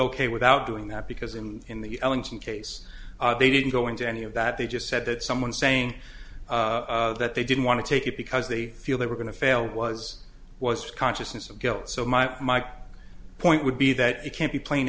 ok without doing that because in in the ellington case they didn't go into any of that they just said that someone saying that they didn't want to take it because they feel they were going to fail was was consciousness of guilt so my point would be that it can't be plain